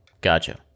Gotcha